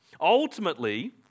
Ultimately